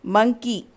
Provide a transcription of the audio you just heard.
Monkey